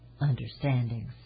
understandings